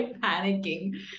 panicking